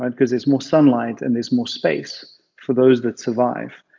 and because there's more sunlight and there's more space for those that survive.